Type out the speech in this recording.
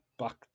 back